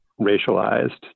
racialized